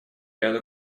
ряду